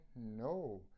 No